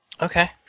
Okay